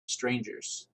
strangers